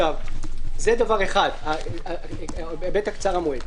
זה דבר אחד, ההיבט קצר המועד.